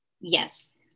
Yes